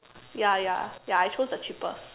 ya ya ya I chose the cheapest